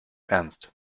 ernst